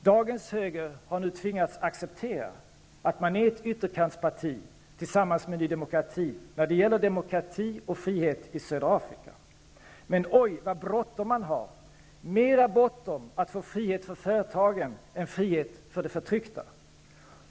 Dagens höger har nu tvingats acceptera att man är ett ytterkantsparti tillsammans med Ny demokrati när det gäller demokrati och frihet i södra Afrika. Men oj så bråttom man har! Det är mer bråttom med att få frihet för företagen än med att få frihet för de förtryckta.